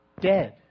Dead